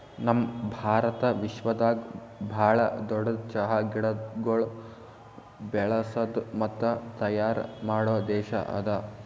ನಮ್ ಭಾರತ ವಿಶ್ವದಾಗ್ ಭಾಳ ದೊಡ್ಡುದ್ ಚಹಾ ಗಿಡಗೊಳ್ ಬೆಳಸದ್ ಮತ್ತ ತೈಯಾರ್ ಮಾಡೋ ದೇಶ ಅದಾ